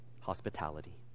hospitality